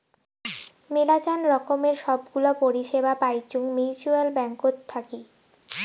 মেলাচান রকমের সব গুলা পরিষেবা পাইচুঙ মিউচ্যুয়াল ব্যাঙ্কত থাকি